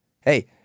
Hey